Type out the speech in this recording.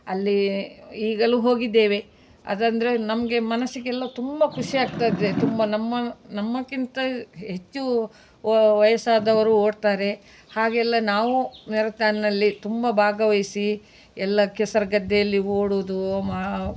ಅಲ್ಲಿ ಈಗಲೂ ಹೋಗಿದ್ದೇವೆ ಅದಂದರೆ ನಮಗೆ ಮನಸ್ಸಿಗೆಲ್ಲ ತುಂಬ ಖುಷಿ ಆಗ್ತಾ ಇದೆ ತುಂಬ ನಮ್ಮ ನಮ್ಮಕ್ಕಿಂತ ಹೆಚ್ಚು ವಾ ವಯಸ್ಸಾದವರು ಓಡ್ತಾರೆ ಆಗೆಲ್ಲ ನಾವು ಮೆರತಾನ್ನ್ನಲ್ಲಿ ತುಂಬ ಭಾಗವಹಿಸಿ ಎಲ್ಲ ಕೆಸರು ಗದ್ದೆಯಲ್ಲಿ ಓಡುವುದು ಮಾ